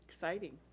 exciting.